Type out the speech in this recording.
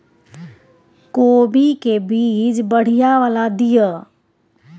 कोबी के बीज बढ़ीया वाला दिय?